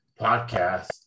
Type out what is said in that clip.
Podcast